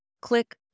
click